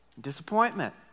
disappointment